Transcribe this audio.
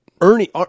Ernie